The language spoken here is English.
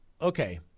okay